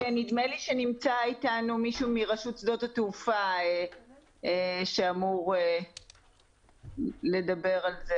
נדמה לי שנמצא איתנו מישהו מרשות שדות התעופה שאמור לדבר על זה,